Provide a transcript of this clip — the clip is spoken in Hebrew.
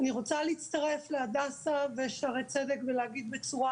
אני רוצה להצטרף להדסה ולשערי צדק, ולהגיד בצורה